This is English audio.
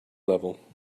level